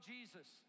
Jesus